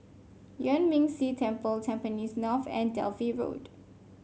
Yuan Ming Si Temple Tampines North and Dalvey Road